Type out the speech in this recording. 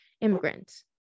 immigrants